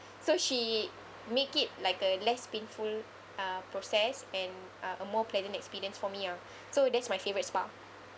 so she make it like a less painful uh process and uh more pleasant experience for me ah so that's my favorite spa